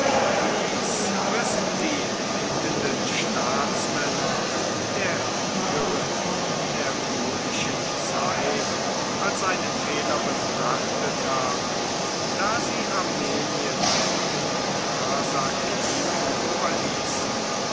müssen die leitenden staatsmänner der früheren neronischen zeit als einen fehler betrachtet haben da sie armenien den arsakiden überließen